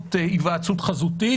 באמצעות היוועצות חזותית